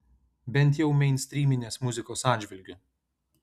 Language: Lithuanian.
bent jau meinstryminės muzikos atžvilgiu